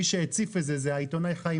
מי שהציף את זה הוא העיתונאי חיים